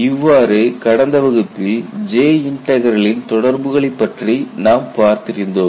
இவ்வாறு கடந்த வகுப்பில் J இன்டெக்ரலின் தொடர்புகளைப் பற்றி நாம் பார்த்திருந்தோம்